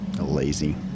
Lazy